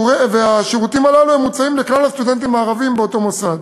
והשירותים הללו מוצעים לכלל הסטודנטים הערבים באותם מוסדות.